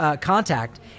contact